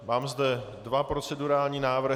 Mám zde dva procedurální návrhy.